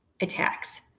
attacks